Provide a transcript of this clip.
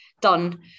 done